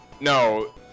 No